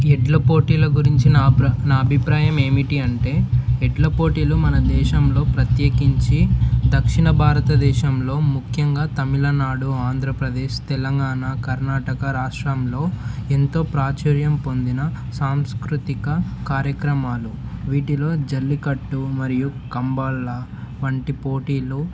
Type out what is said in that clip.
ఎడ్ల పోటీల గురించి నా అభ నా అభిప్రాయం ఏమిటి అంటే ఎడ్ల పోటీలు మన దేశంలో ప్రత్యేకించి దక్షిణ భారతదేశంలో ముఖ్యంగా తమిళనాడు ఆంధ్రప్రదేశ్ తెలంగాణ కర్ణాటక రాష్ట్రంలో ఎంతో ప్రాచుర్యం పొందిన సాంస్కృతిక కార్యక్రమాలు వీటిలో జల్లికట్టు మరియు కంబా ళ వంటి పోటీలు